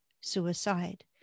suicide